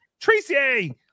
Tracy